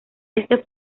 este